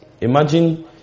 Imagine